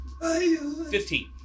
Fifteen